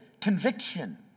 conviction